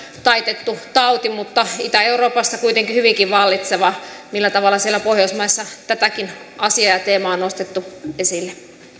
taitettu tauti mutta itä euroopassa kuitenkin hyvinkin vallitseva millä tavalla siellä pohjoismaissa tätäkin asiaa ja teemaa on nostettu esille